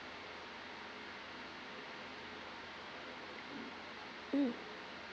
mm